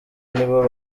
nibo